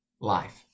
life